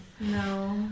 No